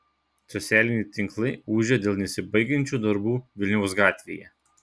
socialiniai tinklai ūžia dėl nesibaigiančių darbų vilniaus gatvėje